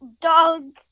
dogs